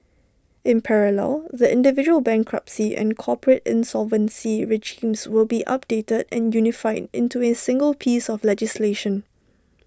in parallel the individual bankruptcy and corporate insolvency regimes will be updated and unified into A single piece of legislation